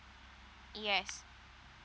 yes